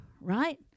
right